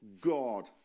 god